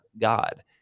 God